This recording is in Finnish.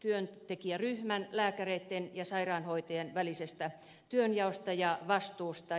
työntekijäryhmän lääkäreitten ja sairaanhoitajien välisestä työnjaosta ja vastuusta